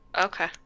Okay